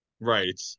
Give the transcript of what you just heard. right